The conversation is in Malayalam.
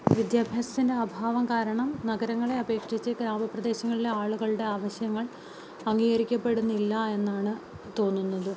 വിദ്യാഭ്യാസത്തിൻ്റെ അഭാവം കാരണം നഗരങ്ങളെ അപേക്ഷിച്ച് ഗ്രാമപ്രദേശങ്ങളിലെ ആളുകളുടെ ആവശ്യങ്ങൾ അംഗീകരിക്കപ്പെടുന്നില്ലെന്നാണ് തോന്നുന്നത്